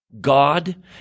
God